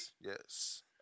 Yes